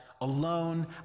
alone